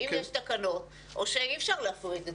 אם יש תקנות או שאי אפשר להפריד את